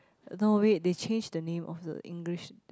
no wait they change the name of the English